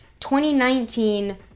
2019